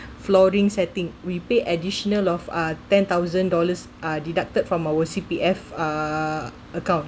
flooring setting we pay additional of uh ten thousand dollars uh deducted from our C_P_F uh account